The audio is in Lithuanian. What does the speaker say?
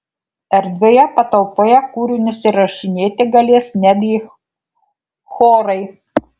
erdvioje patalpoje kūrinius įrašinėti galės netgi chorai